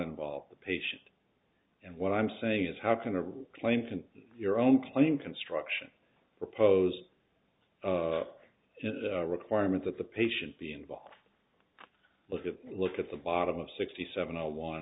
involve the patient and what i'm saying is how can a claim from your own claim construction proposed of a requirement that the patient be involved with a look at the bottom of sixty seven a one